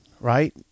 right